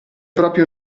proprio